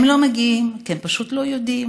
הם לא מגיעים כי הם פשוט לא יודעים,